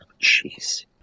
Jeez